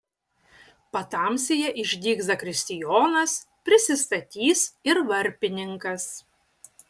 patamsyje išdygs zakristijonas prisistatys ir varpininkas